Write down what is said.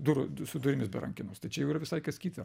durų su durimis be rankenos tai čia jau yra visai kas kita